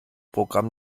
programm